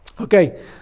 Okay